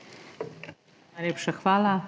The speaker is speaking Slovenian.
hvala.